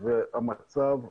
והמצב מידרדר.